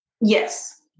Yes